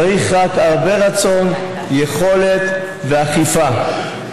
צריך רק הרבה רצון, יכולת ואכיפה.